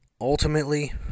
ultimately